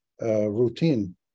routine